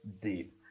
deep